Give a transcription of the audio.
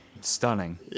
stunning